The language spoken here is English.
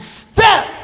step